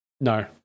No